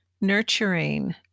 nurturing